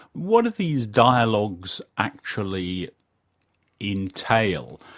what do these dialogues actually entail?